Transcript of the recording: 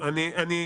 זה אכן קשה לי.